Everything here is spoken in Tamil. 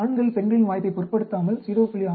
ஆண்கள் பெண்களின் வாய்ப்பைப் பொருட்படுத்தாமல் 0